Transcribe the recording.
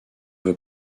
veux